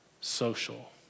social